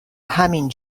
همین